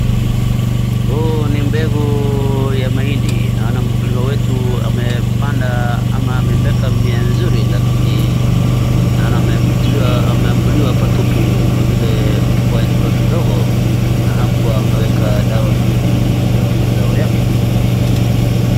Huu ni mbegu ya mahindi naona mkulima wetu amepanda ama ameweka mimea nzuri lakini naona ameambulia patupu kwa vile mvua ilikua kidogo na hakuwa ameweka dawa nzuri hizo mazao yake.